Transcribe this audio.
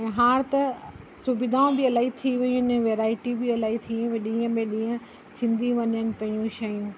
ऐं हाणे त सुविधाऊं बि इलाही थी वियूं आहिनि वैरायटी बी अलाही थी ॾींहं में ॾींहं थींदी वञनि पियूं शयूं